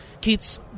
kids